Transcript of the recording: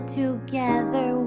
together